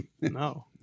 No